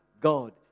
God